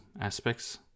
aspects